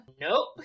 nope